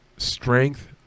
strength